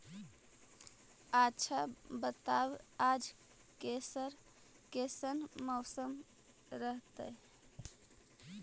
आच्छा बताब आज कैसन मौसम रहतैय?